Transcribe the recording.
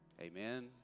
amen